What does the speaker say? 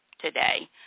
today